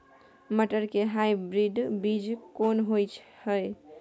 मटर के हाइब्रिड बीज कोन होय है?